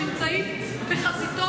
שנמצאים בחזיתות.